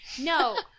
No